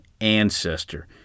ancestor